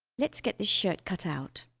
let's get this shirt cut out